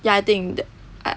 ya I think that I